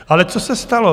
Ale co se stalo?